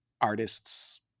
artist's